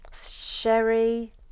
sherry